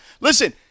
Listen